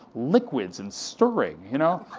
liquids and stirring, you know?